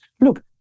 look